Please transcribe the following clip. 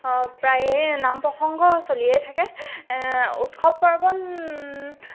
প্ৰায়ে নাম প্ৰসংগ চলিয়ে থাকে উৎসৱ পাৰ্বণ